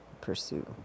pursue